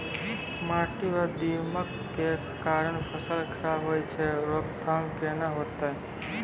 माटी म दीमक के कारण फसल खराब होय छै, रोकथाम केना होतै?